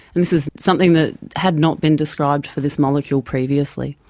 and this was something that had not been described for this molecule previously.